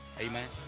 Amen